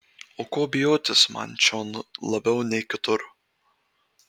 o ko bijotis man čion labiau nei kitur